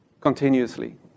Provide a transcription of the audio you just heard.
continuously